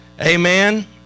Amen